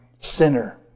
sinner